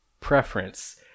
preference